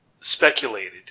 Speculated